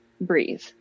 breathe